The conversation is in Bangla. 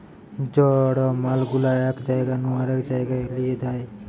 জড় মাল গুলা এক জায়গা নু আরেক জায়গায় লিয়ে যায়